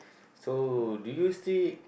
so do you still